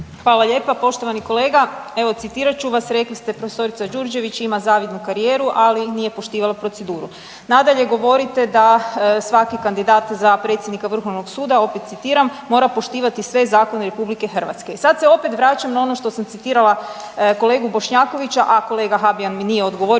Hvala lijepa. Poštovani kolega evo citirat ću vas rekli ste prof. Đurđević ima zavidnu karijeru ali nije poštivala proceduru. Nadalje, govorite da svaki kandidat za predsjednika Vrhovnog suda opet citiram mora poštivati sve zakone RH. I sad se opet vraćam na ono što sam citirala kolegu Bošnjakovića, a kolega Habijan mi nije odgovorio